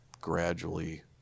gradually